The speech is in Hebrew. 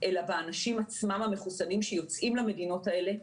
אלא באנשים המחוסנים עצמם שיוצאים למדינות האלה.